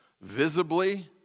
visibly